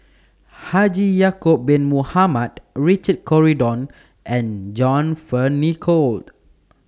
Haji Ya'Acob Bin Mohamed Richard Corridon and John Fearns Nicoll